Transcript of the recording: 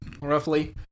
roughly